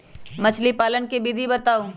मछली पालन के विधि बताऊँ?